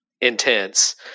intense